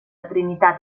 trinitat